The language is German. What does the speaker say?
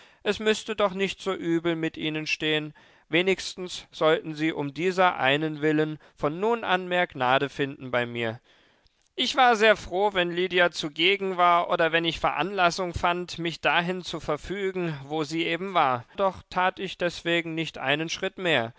es müßte doch nicht so übel mit ihnen stehen wenigstens sollten sie um dieser einen willen von nun an mehr gnade finden bei mir ich war sehr froh wenn lydia zugegen war oder wenn ich veranlassung fand mich dahin zu verfügen wo sie eben war doch tat ich deswegen nicht einen schritt mehr